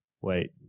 wait